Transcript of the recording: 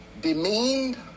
Demeaned